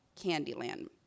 Candyland